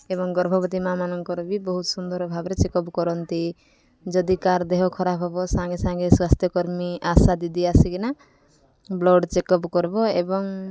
ଏବଂ ଗର୍ଭବତୀ ମା' ମାନଙ୍କର ବି ବହୁତ ସୁନ୍ଦର ଭାବରେ ଚେକ୍ଅପ୍ କରନ୍ତି ଯଦି କାର୍ ଦେହ ଖରାପ ହବ ସାଙ୍ଗେ ସାଙ୍ଗେ ସ୍ୱାସ୍ଥ୍ୟକର୍ମୀ ଆଶା ଦିଦି ଆସିକିନା ବ୍ଲଡ଼୍ ଚେକ୍ଅପ୍ କରିବ ଏବଂ